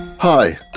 Hi